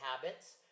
habits